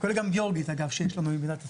כולל גם גיאורגית, אגב, שיש לנו במידת הצורך.